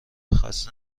خسته